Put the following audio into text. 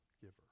giver